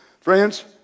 Friends